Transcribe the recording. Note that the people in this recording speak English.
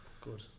Good